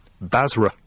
Basra